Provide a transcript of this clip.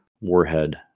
warhead